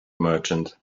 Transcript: merchant